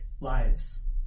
lives